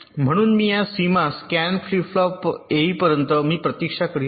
म्हणून मी या सीमा स्कॅन फ्लिप फ्लॉपपर्यंत येईपर्यंत मी प्रतीक्षा करीत आहे